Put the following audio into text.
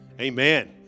Amen